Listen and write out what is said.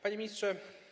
Panie Ministrze!